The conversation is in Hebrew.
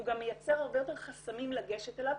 והוא גם מייצר הרבה יותר חסמים לגשת אליו.